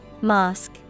Mosque